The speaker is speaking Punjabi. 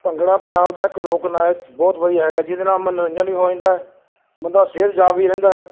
ਭੰਗੜਾ ਪੰਜਾਬ ਦਾ ਇੱਕ ਲੋਕ ਨਾਚ ਬਹੁਤ ਵਧੀਆ ਹੈਗਾ ਜਿਹਦੇ ਨਾਲ ਮਨੋਰੰਜਨ ਵੀ ਹੋ ਜਾਂਦਾ ਬੰਦਾ ਸਿਹਤਯਾਬ ਵੀ ਰਹਿੰਦਾ